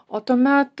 o tuomet